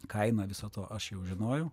kainą viso to aš jau žinojau